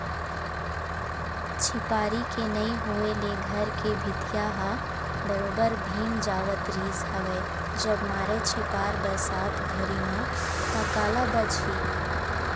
झिपारी के नइ होय ले घर के भीतिया ह बरोबर भींग जावत रिहिस हवय जब मारय झिपार बरसात घरी म ता काला बचही